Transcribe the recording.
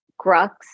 Grux